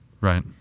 right